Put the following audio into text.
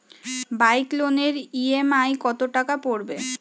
Bike লোনের EMI কত টাকা পড়বে?